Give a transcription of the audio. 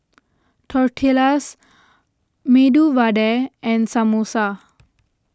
Tortillas Medu Vada and Samosa